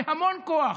בהמון כוח,